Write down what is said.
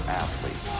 athlete